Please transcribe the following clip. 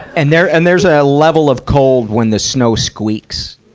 and there, and there's a level of cold when the snow squeaks.